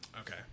Okay